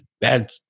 bad